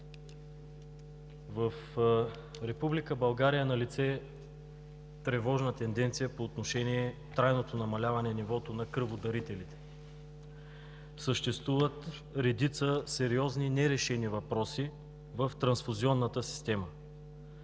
България е налице тревожна тенденция по отношение трайното намаляване на нивото на кръводарителите. Съществуват редица сериозни нерешени въпроси в трансфузионната система.